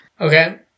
Okay